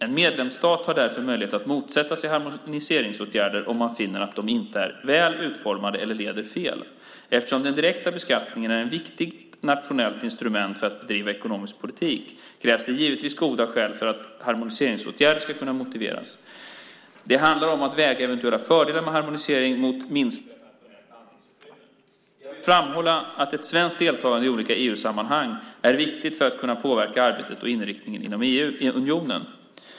En medlemsstat har därför möjlighet att motsätta sig harmoniseringsåtgärder om man finner att de inte är väl utformade eller leder fel. Eftersom den direkta beskattningen är ett viktigt nationellt instrument för att bedriva ekonomisk politik krävs det givetvis goda skäl för att harmoniseringsåtgärder ska kunna motiveras. Det handlar om att väga eventuella fördelar med harmonisering mot minskat nationellt handlingsutrymme. Jag vill framhålla att svenskt deltagande i olika EU-sammanhang är viktigt för att kunna påverka arbetet och inriktningen inom unionen.